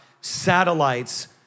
Satellites